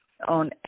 on